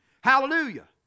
Hallelujah